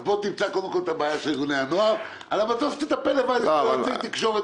אז בוא תמצא את הבעיה של ארגוני הנוער ובמטוס תטפל לבד עם יועצי תקשורת